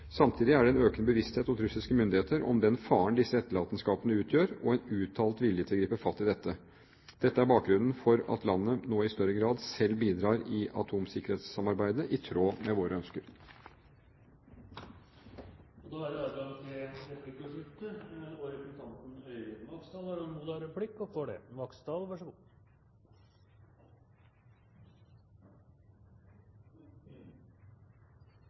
Samtidig er det en økende bevissthet hos russiske myndigheter om den faren disse etterlatenskapene utgjør, og en uttalt vilje til å gripe fatt i dette. Dette er bakgrunnen for at landet nå i større grad selv bidrar i atomsikkerhetssamarbeidet, i tråd med våre ønsker. Det blir replikkordskifte. I Riksrevisjonens rapport på side 13 kan man bl.a. lese følgende: «Riksrevisjonens undersøkelse viser at det hittil ikke har